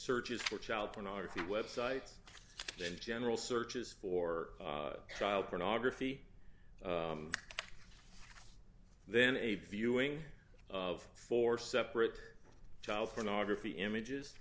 searches for child pornography websites in general searches for child pornography then a viewing of four separate child pornography images